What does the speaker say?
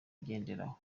ugenderaho